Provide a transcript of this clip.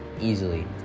easily